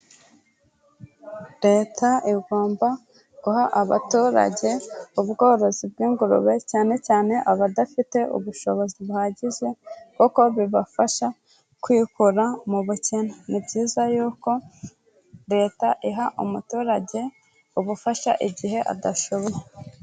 Leta igomba guha abaturage ubworozi bw'ingurube cyane cyane abadafite ubushobozi buhagije, kuko bibafasha kwikura mu bukene. Ni byiza yuko Leta iha umuturage ubufasha igihe adashoboye.